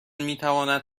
میتواند